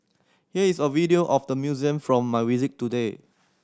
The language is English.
here is a video of the museum from my visit today